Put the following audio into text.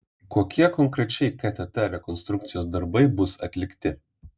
kokie konkrečiai ktt rekonstrukcijos darbai bus atlikti